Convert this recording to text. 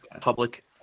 public